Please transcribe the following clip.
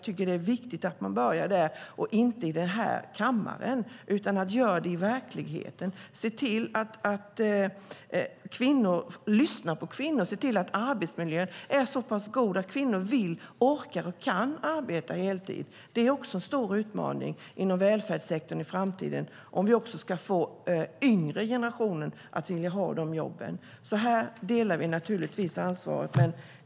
Det är viktigt att man börjar där, inte i den här kammaren utan i verkligheten, lyssnar på kvinnor och ser till att arbetsmiljön är så pass god att kvinnor vill, orkar och kan arbeta heltid. Detta är en stor utmaning inom välfärdssektorn i framtiden om vi ska få yngre generationer att vilja ha de jobben. Här delar vi naturligtvis ansvaret.